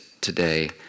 today